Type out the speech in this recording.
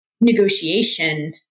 negotiation